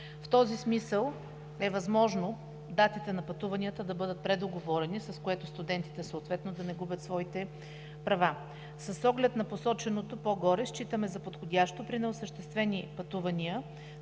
В този смисъл е възможно датите на пътуванията да бъдат предоговорени, с което студентите съответно да не губят своите права. С оглед на посоченото по-горе считаме за подходящо при неосъществени пътувания